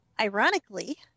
Ironically